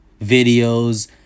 videos